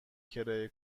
کرایه